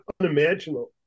unimaginable